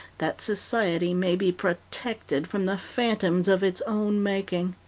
that society may be protected from the phantoms of its own making.